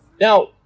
Now